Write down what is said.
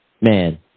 man